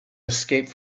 escaped